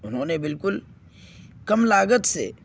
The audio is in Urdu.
انہوں نے بالکل کم لاگت سے